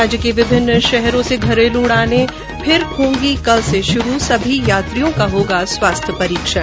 राज्य के विभिन्न शहरों से घरेलू उड़ाने फिर होगी कल से शुरू सभी यात्रियों का होगा स्वास्थ्य परीक्षण